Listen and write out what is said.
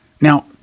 Now